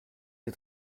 des